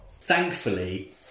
thankfully